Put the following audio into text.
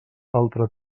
altre